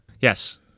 Yes